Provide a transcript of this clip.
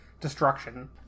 destruction